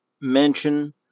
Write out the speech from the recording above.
mention